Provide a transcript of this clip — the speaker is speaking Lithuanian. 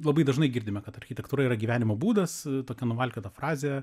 labai dažnai girdime kad architektūra yra gyvenimo būdas tokią nuvalkiotą frazę